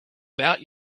about